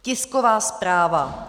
Tisková zpráva.